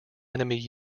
enemy